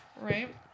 Right